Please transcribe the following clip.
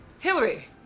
Hillary